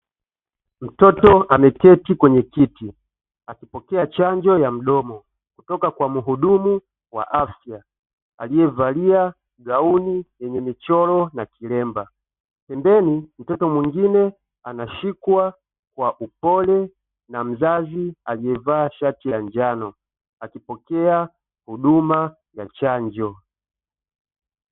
Mtoto ameketi kwenye kiti, akipokea chanjo ya mdomo kutoka kwa mhudumu wa afya aliyevalia gauni lenye michoro na kilemba,. Pembeni mtoto mwingine anashikwa kwa upole na mzazi aliyevaa shati la njano, akipokea huduma ya chanjo.